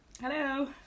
hello